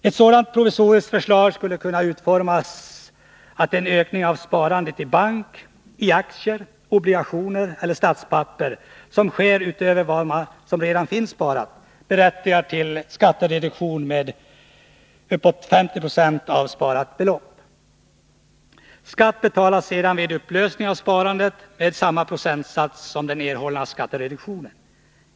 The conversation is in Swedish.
Ett sådant provisoriskt förslag skulle kunna utformas så att den ökning av sparande i bank, aktier, obligationer eller statspapper som sker utöver vad som redan finns sparat berättigar till skattereduktion med uppåt 50 96 av sparat belopp. Skatt betalas sedan vid upplösningen av sparandet med samma procentsats som den erhållna skattereduktionen.